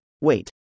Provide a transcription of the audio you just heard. wait